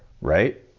right